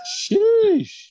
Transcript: Sheesh